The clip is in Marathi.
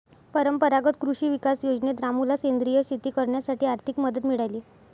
परंपरागत कृषी विकास योजनेत रामूला सेंद्रिय शेती करण्यासाठी आर्थिक मदत मिळाली